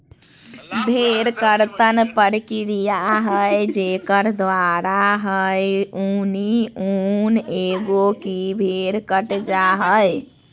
भेड़ कर्तन प्रक्रिया है जेकर द्वारा है ऊनी ऊन एगो की भेड़ कट जा हइ